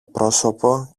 πρόσωπο